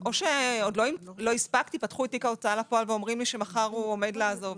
או לא הספקתי פתחו את תיק ההוצאה פועל ואומרים לי שמחר עומד לעזוב,